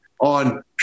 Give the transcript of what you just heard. on